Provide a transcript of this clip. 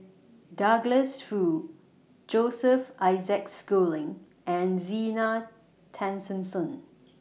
Douglas Foo Joseph Isaac Schooling and Zena Tessensohn